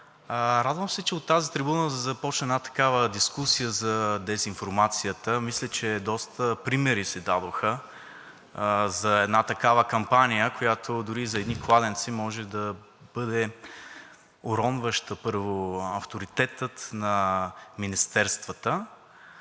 Радвам се, че от тази трибуна започна една такава дискусия за дезинформацията. Мисля, че доста примери се дадоха за една такава кампания, която дори и за едни кладенци може да бъде уронваща, първо, авторитета на министерствата.